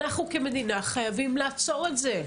ואנחנו כמדינה חייבים לעצור את זה.